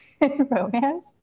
romance